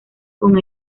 con